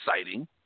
exciting